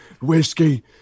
whiskey